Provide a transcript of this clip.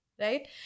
right